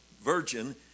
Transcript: virgin